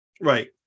right